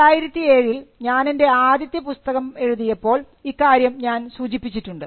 2007ൽ ഞാൻ എൻറെ ആദ്യത്തെ പുസ്തകം എഴുതിയപ്പോൾ ഇക്കാര്യം ഞാൻ സൂചിപ്പിച്ചിട്ടുണ്ട്